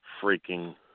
freaking